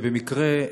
ובמקרה,